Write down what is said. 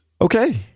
Okay